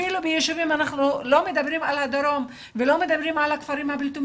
אנחנו אפילו לא מדברים על הדרום ולא על הכפרים הבלתי מוכרים,